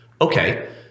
Okay